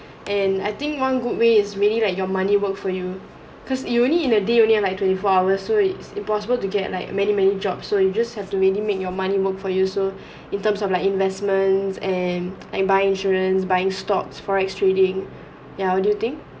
and I think one good way is really let your money work for you because you only in a day only like twenty four hour so it's impossible to get like many many jobs where you just have to really make your money work for you so in terms of like investments and and buy insurance buying stocks forex trading yeah what do you think